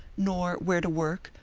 nor where to work,